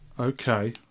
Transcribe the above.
Okay